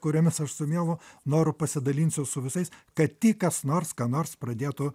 kuriomis aš su mielu noru pasidalinsiu su visais kad tik kas nors ką nors pradėtų